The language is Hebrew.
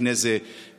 ולפני זה ביאפא.